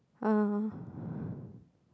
uh